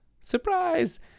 Surprise